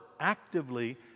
actively